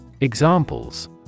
Examples